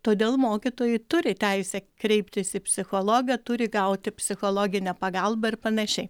todėl mokytojai turi teisę kreiptis į psichologą turi gauti psichologinę pagalbą ir panašiai